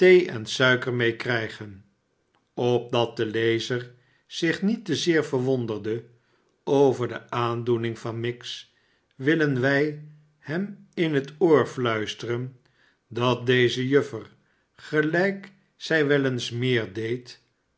en suiker mee krrjgen opdat de lezer zich niet te zeer verwondere over de aandoenmg van miggs willen wij hem in het oor fluisteren dat deze jufler gelijk zij wel eens meer deed